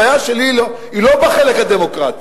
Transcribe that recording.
הבעיה שלי היא לא בחלק הדמוקרטי.